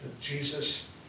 Jesus